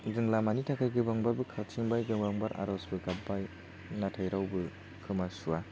जों लामानि थाखाय गोबां बारबो खारथिंबाय गोबां बार आर'जबो गाबबाय नाथाय रावबो खोमा सुवा